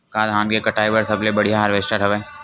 का धान के कटाई बर सबले बढ़िया हारवेस्टर हवय?